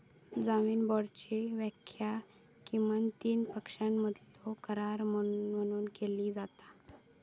जामीन बाँडची व्याख्या किमान तीन पक्षांमधलो करार म्हणून केली जाता